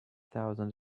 thousand